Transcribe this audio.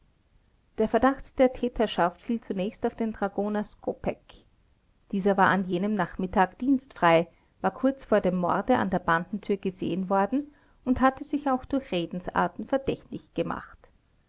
der verdacht der täterschaft fiel zunächst auf den dragoner skopeck dieser war an jenem nachmittag dienstfrei war kurz vor dem morde an der bandentür gesehen worden und hatte sich auch durch redensarten verdächtig gemacht